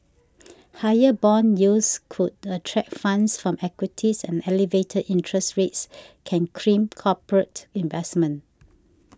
higher bond yields could attract funds from equities and elevated interest rates can crimp corporate investment